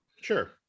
sure